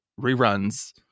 reruns